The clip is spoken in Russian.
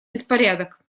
беспорядок